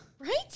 Right